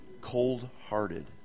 Cold-hearted